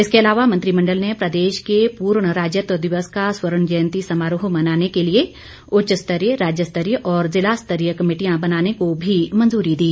इसके अलावा मंत्रिमंडल ने प्रदेश के पूर्ण राज्यत्व दिवस का स्वर्ण जयंती समारोह मनाने के लिए उच्च स्तरीय राज्य स्तरीय और ज़िला स्तरीय कमेटियां बनाने को भी मंजूरी दी